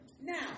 Now